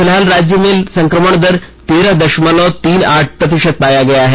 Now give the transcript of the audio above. फिलहाल राज्य में संक्रमण दर तेरह दशमलव तीन आठ प्रतिशत पाया गया है